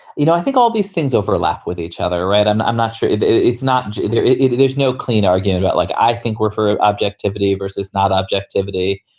you know, i think all these things overlap with each other, right? i'm i'm not sure it's not it there's no clean out ah again about like i think we're for objectivity versus not objectivity.